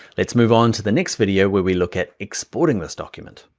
let's move on to the next video where we look at exporting this document.